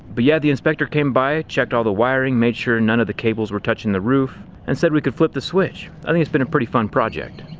but yeah, the inspector came by, checked all the wiring, made sure none of the cables were touching the roof and said we could flip the switch. i think it's been a pretty fun project.